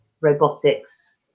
robotics